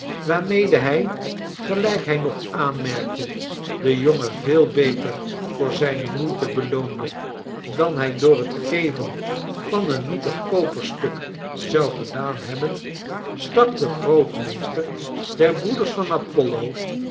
waarmede hij gelijk hij nog aanmerkte den jongen veel beter voor zijne moeite beloonde dan hij door het geven van een nietig koperstuk zou gedaan hebben stak de grootmeester der broeders van apollo